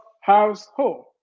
household